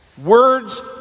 Words